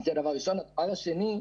דבר שני,